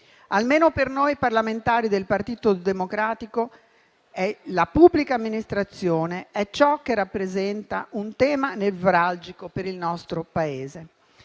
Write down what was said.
Almeno per noi parlamentari del Partito Democratico la pubblica amministrazione è ciò che rappresenta un tema nevralgico per il nostro Paese.